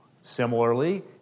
Similarly